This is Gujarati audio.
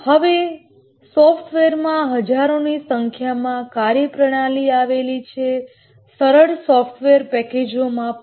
હવે સોફ્ટવેરમાં હજારોની સંખ્યામાં ફંકશનાલીટીઓ આવેલી છે સરળ સોફ્ટવેર પેકેજોમા પણ